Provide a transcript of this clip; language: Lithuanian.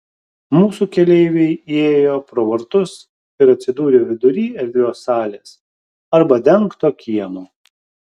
mūsų keleiviai įėjo pro vartus ir atsidūrė vidury erdvios salės arba dengto kiemo